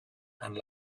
and